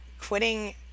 quitting